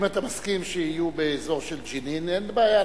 אם אתה מסכים שיהיו באזור של ג'נין, אין בעיה.